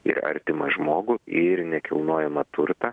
ir artimą žmogų ir nekilnojamą turtą